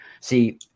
See